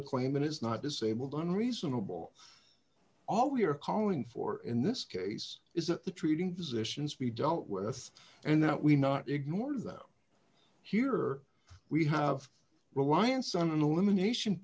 a claim that is not disabled on reasonable all we are calling for in this case is that the treating physicians be dealt with and that we not ignore them here we have a reliance on an elimination